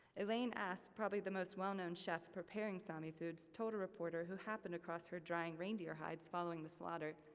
elaine as, probably the most well-known chef preparing sami foods, told a reporter who happened across her drying reindeer hides following the slaughter,